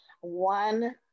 one